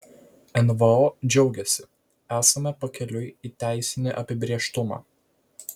nvo džiaugiasi esame pakeliui į teisinį apibrėžtumą